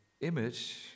image